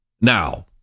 Now